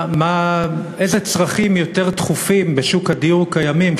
איזה צרכים יותר דחופים בשוק הדיור קיימים,